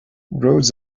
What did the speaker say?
roads